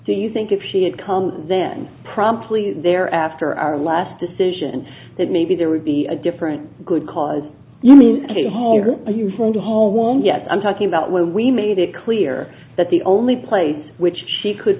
do you think if she had come then promptly there after our last decision that maybe there would be a different good cause you mean you found a home yes i'm talking about when we made clear that the only place which she could